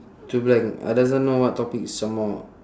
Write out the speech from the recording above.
too blank I doesn't know what topic some more